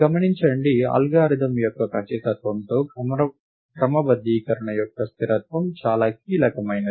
గమనించండి అల్గారిథమ్ యొక్క ఖచ్చితత్వంలో క్రమబద్ధీకరణ యొక్క స్థిరత్వం చాలా కీలకమైనది